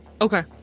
okay